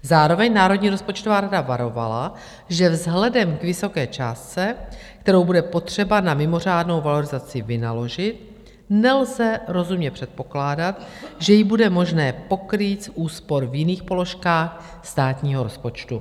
Zároveň Národní rozpočtová rada varovala, že vzhledem k vysoké částce, kterou bude potřeba na mimořádnou valorizaci vynaložit, nelze rozumně předpokládat, že ji bude možné pokrýt z úspor v jiných položkách státního rozpočtu.